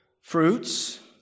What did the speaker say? fruits